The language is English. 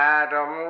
Madam